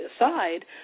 aside